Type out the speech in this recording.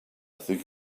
think